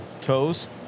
toast